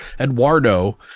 Eduardo